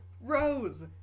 Rose